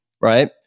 right